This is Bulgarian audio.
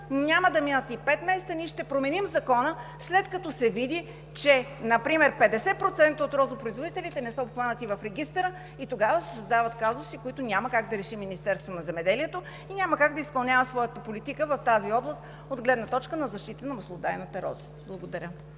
Няма да минат и пет месеца, ние ще променим Закона, след като се види, че например 50% от розопроизводителите не са обхванати в регистъра. Тогава се създават казуси, които няма как да реши Министерството на земеделието и няма как да изпълнява своята политика в тази област от гледна точка на защита на маслодайната роза. Благодаря.